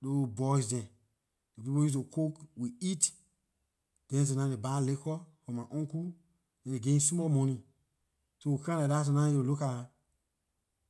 those boys dem. Ley people used to cook we eat, then sometimes they buy liquor for my uncle then ley give him small money so we come like dah he used to look at